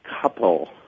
couple